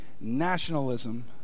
nationalism